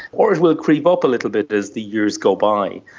or it will creep up a little bit as the years go by.